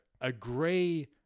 agree